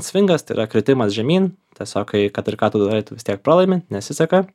svingas tai yra kritimas žemyn tiesiog kai kad ir ką tu darai tu vis tiek pralaimi nesiseka